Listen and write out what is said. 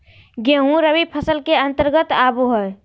गेंहूँ रबी फसल के अंतर्गत आबो हय